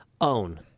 own